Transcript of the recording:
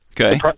okay